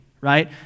right